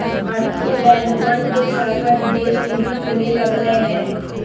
भारतीय बैंकवन के शाखा विदेश में भी खुले लग लय है